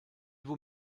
vaut